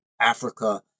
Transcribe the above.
Africa